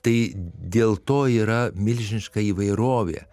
tai dėl to yra milžiniška įvairovė